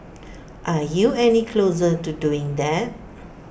are you any closer to doing that